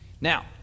Now